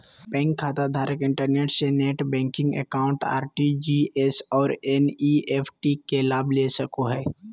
bank खाताधारक internet से net banking account, RTGS और एन.इ.एफ.टी के लाभ ले सको हइ